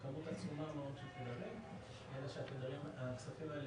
כמות עצומה מאוד של תדרים אלא שהכספים האלה